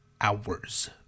hours